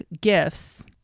gifts